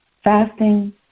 Fasting